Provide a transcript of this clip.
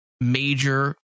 major